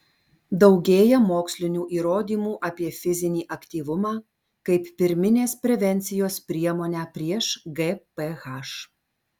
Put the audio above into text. daugėja mokslinių įrodymų apie fizinį aktyvumą kaip pirminės prevencijos priemonę prieš gph